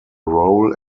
role